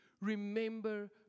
remember